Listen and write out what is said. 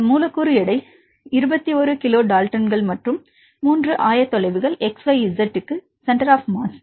இந்த மூலக்கூறு எடை 21 கிலோடால்டன்கள் மற்றும் இது 3 ஆயத்தொலைவுகள் xyz க்கு சென்டர் ஆப் மாஸ்